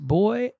boy